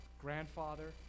grandfather